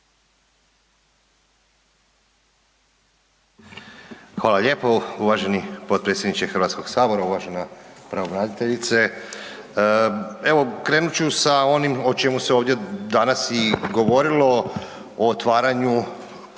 Hvala lijepo uvaženi potpredsjedniče Hrvatskog sabora. Uvažena pravobraniteljice evo krenut ću sa onim o čemu se ovdje danas i govorilo o otvaranju